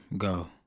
go